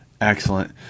Excellent